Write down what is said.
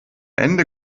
ende